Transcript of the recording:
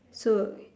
so we